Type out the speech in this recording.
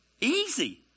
Easy